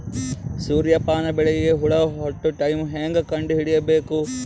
ಸೂರ್ಯ ಪಾನ ಬೆಳಿಗ ಹುಳ ಹತ್ತೊ ಟೈಮ ಹೇಂಗ ಕಂಡ ಹಿಡಿಯಬೇಕು?